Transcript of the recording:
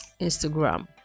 instagram